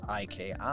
IKI